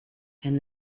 and